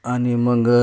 आणि मग